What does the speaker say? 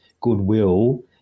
goodwill